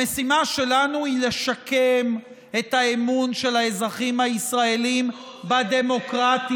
המשימה שלנו היא לשקם את האמון של האזרחים הישראלים בדמוקרטיה.